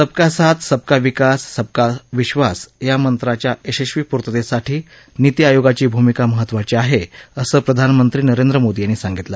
सबका साथ सबका विकास सबका विक्वास या मंत्राच्या यशस्वी पुर्ततेसाठी नीती आयोगाची भूमिका महत्त्वाची आहे असं प्रधानमंत्री नरेंद्र मोदी यांनी सांगितलं